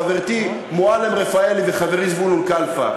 חברתי מועלם-רפאלי וחברי זבולון קלפה.